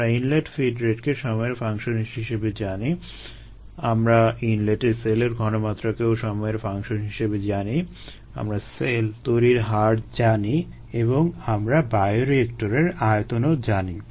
আমরা inlet feed রেটকে সময়ের ফাংশন হিসেবে জানি আমরা ইনলেটে সেলের ঘনমাত্রাকেও সময়ের ফাংশন হিসেবে জানি আমরা সেল তৈরির হার জানি এবং আমরা বায়োরিয়েক্টরের আয়তনও জানি